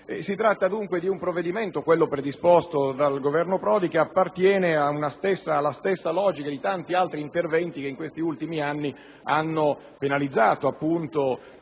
Si tratta dunque di un provvedimento, quello predisposto dal Governo Prodi, che appartiene alla stessa logica di tanti altri interventi che in questi ultimi anni hanno penalizzato, appunto,